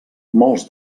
molts